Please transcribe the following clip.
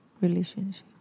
relationship